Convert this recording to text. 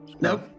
Nope